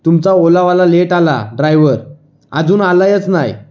तुमचा ओलावाला लेट आला ड्रायवर अजून आला आहेच नाही